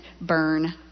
burn